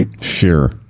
Sure